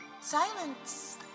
silence